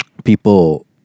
people